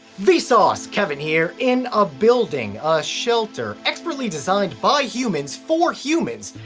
vsauce! kevin here. in a building, a shelter expertly designed by humans, for humans,